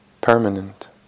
Permanent